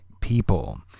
People